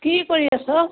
কি কৰি আছ